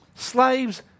Slaves